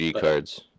cards